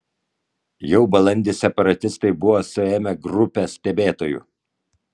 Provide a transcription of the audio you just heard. jau balandį separatistai buvo suėmę grupę stebėtojų